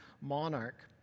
monarch